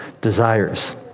desires